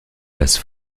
place